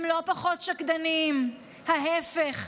הם לא פחות שקדנים, ההפך.